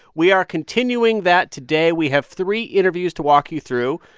we are continuing that today. we have three interviews to walk you through,